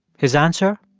his answer